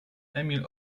emil